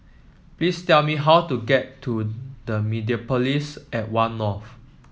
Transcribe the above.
please tell me how to get to Mediapolis at One North